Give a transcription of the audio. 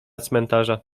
cmentarza